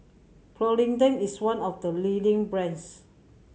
Polident is one of the leading brands